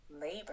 labor